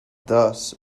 thus